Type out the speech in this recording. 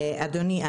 אדוני,